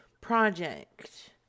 project